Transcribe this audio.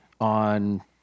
on